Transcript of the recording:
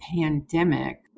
pandemic